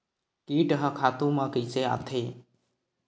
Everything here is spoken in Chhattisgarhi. कीट ह खातु म कइसे आथे?